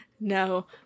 No